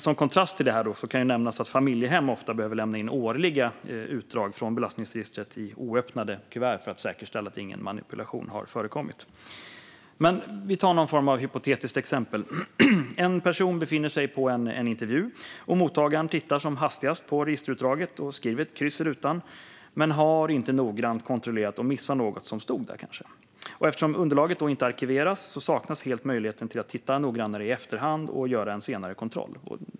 Som kontrast till detta kan nämnas att familjehem ofta behöver lämna in årliga utdrag från belastningsregistret i oöppnade kuvert för att det ska kunna säkerställas att ingen manipulation har förekommit. Vi kan ta några hypotetiska exempel. En person befinner sig på en intervju, och mottagaren tittar som hastigast på registerutdraget och gör ett kryss i rutan men har inte noggrant kontrollerat och missar kanske något som stod där. Eftersom underlaget inte arkiveras saknas helt möjligheten att titta noggrannare i efterhand och göra en senare kontroll.